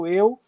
eu